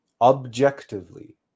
objectively